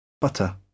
Butter